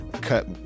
cut